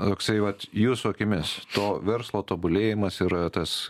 toksai vat jūsų akimis to verslo tobulėjimas yra tas